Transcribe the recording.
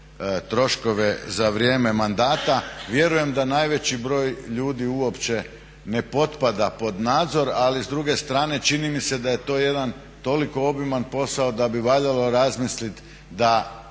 troškove za vrijeme mandata. Vjerujem da najveći broj ljudi uopće ne potpada pod nadzor ali s druge strane čini mi se da je to jedan toliko obiman posao da bi valjalo razmisliti da